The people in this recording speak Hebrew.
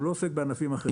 הוא לא עוסק בענפים אחרים.